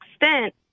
extent